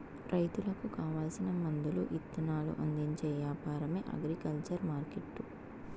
రైతులకు కావాల్సిన మందులు ఇత్తనాలు అందించే యాపారమే అగ్రికల్చర్ మార్కెట్టు